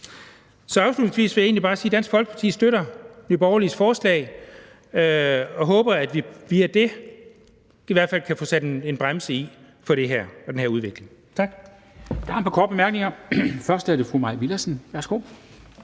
Så afslutningsvis vil jeg egentlig bare sige, at Dansk Folkeparti støtter Nye Borgerliges forslag og håber, at det bliver det, der er i hvert fald kan få sat en bremse i for den her udvikling. Tak.